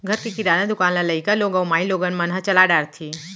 घर के किराना दुकान ल लइका लोग अउ माइलोगन मन ह चला डारथें